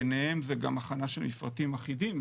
ביניהם זה גם הכנה של מפרטים אחידים.